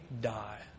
die